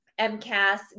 MCAS